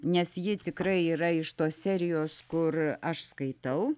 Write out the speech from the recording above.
nes ji tikrai yra iš tos serijos kur aš skaitau